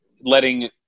letting